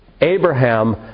Abraham